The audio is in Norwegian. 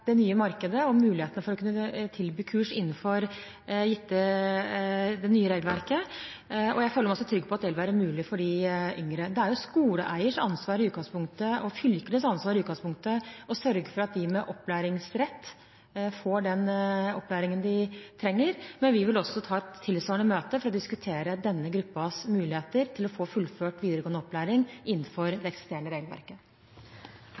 det nye markedet og mulighetene for å kunne tilby kurs innenfor det nye regelverket. Jeg føler meg også trygg på at det vil være mulig for de yngre. Det er jo i utgangspunktet skoleeiers ansvar, fylkenes ansvar, å sørge for at de med opplæringsrett får den opplæringen de trenger, men vi vil også ta et tilsvarende møte for å diskutere denne gruppens muligheter til å fullføre videregående opplæring innenfor